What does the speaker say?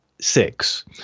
six